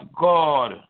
God